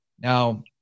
Now